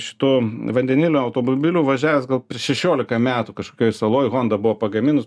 šituo vandenilio automobiliu važiavęs gal prieš šešiolika metų kažkokioj saloj honda buvo pagaminus